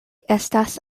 estas